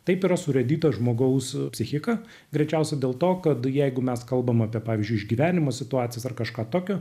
taip yra surėdyta žmogaus psichika greičiausiai dėl to kad jeigu mes kalbam apie pavyzdžiui išgyvenimo situacijas ar kažką tokio